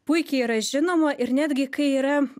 puikiai yra žinoma ir netgi kai yra